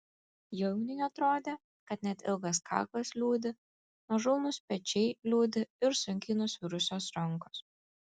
jauniui atrodė kad net ilgas kaklas liūdi nuožulnūs pečiai liūdi ir sunkiai nusvirusios rankos